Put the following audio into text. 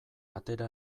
atera